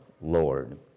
Lord